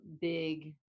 big